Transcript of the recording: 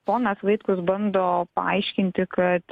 ponas vaitkus bando paaiškinti kad